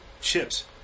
chips